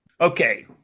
Okay